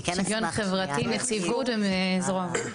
שוויון חברתי, נציבות וזרוע.